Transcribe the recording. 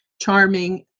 charming